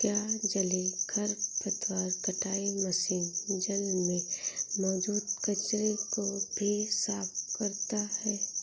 क्या जलीय खरपतवार कटाई मशीन जल में मौजूद कचरे को भी साफ करता है?